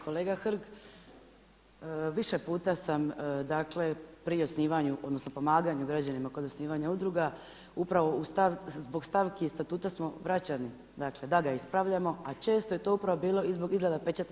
Kolega Hrg, više puta sam dakle pri osnivanju, odnosno pomaganju građanima kod osnivanja udruga upravo zbog stavki iz Statuta smo vraćani, dakle da ga ispravljamo, a često je to upravo bilo i zbog izrade pečata.